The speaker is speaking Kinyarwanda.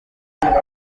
yohani